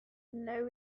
know